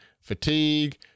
fatigue